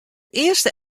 earste